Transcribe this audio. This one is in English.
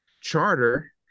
charter